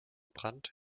brandt